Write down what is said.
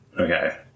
Okay